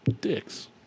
dicks